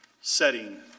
setting